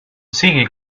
sigui